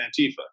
Antifa